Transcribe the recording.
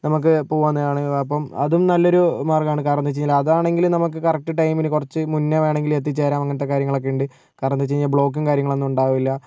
നമുക്ക് പോകുന്നതാണ് അപ്പം അതും നല്ലൊരു മാര്ഗ്ഗം തന്നെയാണ് കാരണം എന്താണെന്ന് വെച്ച് കഴിഞ്ഞാൽ അതാണെങ്കിൽ നമുക്ക് കറക്റ്റ് ടൈമില് കുറച്ചു മുൻപേ വേണമെങ്കില് എത്തിച്ചേരാം അങ്ങനത്തെ കാര്യങ്ങളൊക്കെ ഉണ്ട് കാരണം എന്താണെന്ന് വെച്ചാല് ബ്ലോക്ക് കാര്യങ്ങളൊന്നും ഉണ്ടാവില്ല